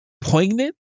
poignant